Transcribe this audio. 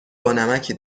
بانمکی